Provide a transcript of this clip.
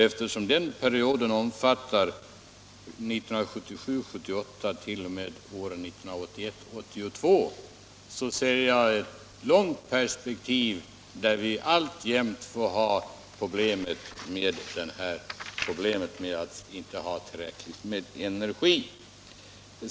Eftersom denna budget omfattar perioden 1977 82, ser jag ett långt perspektiv där vi alltjämt får ha problemet med att inte ha tillräckligt med energi.